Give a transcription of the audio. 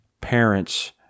parents